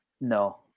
no